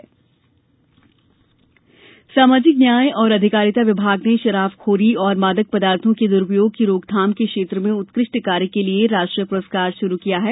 राष्ट्रीय पुरस्कार सामाजिक न्याय और अधिकारिता विभाग ने शराबखोरी और मादक पदार्थो के दुरुपयोग की रोकथाम के क्षेत्र में उत्कृष्ट कार्य के लिए राष्ट्रीय पुरस्कार शुरू किया है